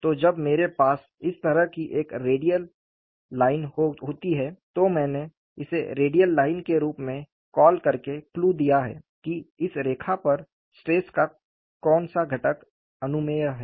तो जब मेरे पास इस तरह की एक रेडियल लाइन होती है तो मैंने इसे रेडियल लाइन के रूप में कॉल करके क्लू दिया है कि इस रेखा पर स्ट्रेस का कौन सा घटक अनुमेय है